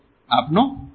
આપનો આભાર